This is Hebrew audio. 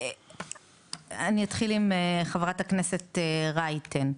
אני אתחיל עם חברת הכנסת רייטן.